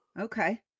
Okay